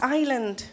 island